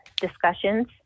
discussions